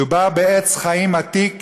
מדובר בעץ חיים עתיק